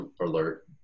alert